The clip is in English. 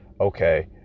okay